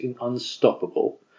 unstoppable